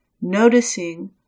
noticing